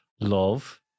love